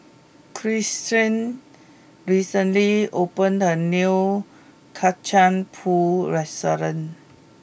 Christen recently opened a new Kacang pool restaurant